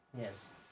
Yes